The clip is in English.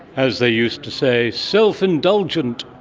as they used to say, self-indulgent.